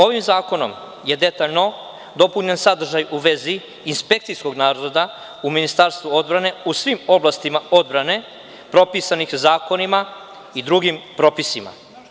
Ovim zakonom je detaljno dopunjen sadržaj u vezi inspekcijskog nadzora u Ministarstvu odbrane, u svim oblastima odbrane propisanih zakonima i drugim propisima.